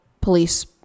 police